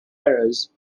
errors